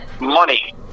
money